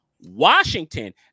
Washington